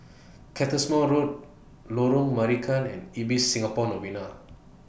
Cottesmore Road Lorong Marican and Ibis Singapore Novena